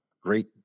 great